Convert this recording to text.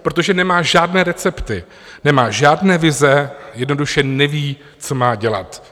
Protože nemá žádné recepty, nemá žádné vize, jednoduše neví, co má dělat.